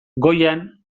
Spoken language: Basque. goian